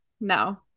No